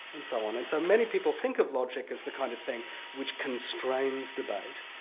and so on. and so many people think of logic as the kind of thing which constrains debate,